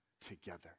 together